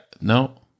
No